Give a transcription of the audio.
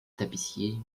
tapissiers